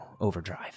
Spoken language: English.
overdrive